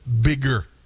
bigger